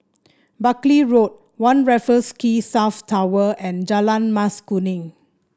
Buckley Road One Raffles Quay South Tower and Jalan Mas Kuning